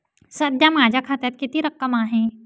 सध्या माझ्या खात्यात किती रक्कम आहे?